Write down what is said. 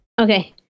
Okay